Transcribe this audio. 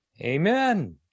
Amen